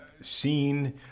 seen